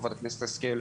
חברת הכנסת השכל,